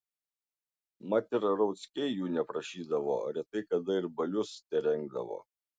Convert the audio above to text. mat ir rauckiai jų neprašydavo retai kada ir balius terengdavo